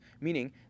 Meaning